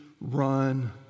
run